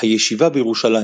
הישיבה בירושלים